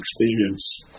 experience